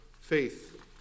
faith